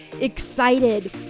excited